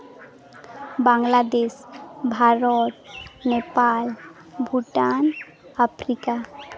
Bangladesh Bharat Nepal Bhutan Africa